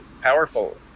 powerful